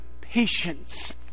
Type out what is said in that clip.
patience